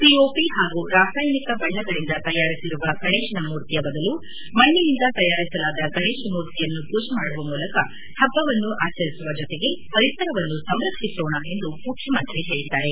POP ಹಾಗೂ ರಾಸಾಯನಿಕ ಬಣ್ಣಗಳಿಂದ ತಯಾರಿಸಿರುವ ಗಣೇಶನ ಮೂರ್ತಿಯ ಬದಲು ಮಣ್ಣಿನಿಂದ ತಯಾರಿಸಿರುವ ಗಣೇಶ ಮೂರ್ತಿಯನ್ನು ಪೂಜೆ ಮಾಡುವ ಮೂಲಕ ಹಬ್ಬವನ್ನು ಆಚರಿಸುವ ಜೊತೆಗೆ ಪರಿಸರವನ್ನು ಸಂರಕ್ಷಿಸೋಣ ಎಂದು ಮುಖ್ಯಮಂತ್ರಿ ಹೇಳಿದ್ದಾರೆ